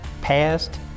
past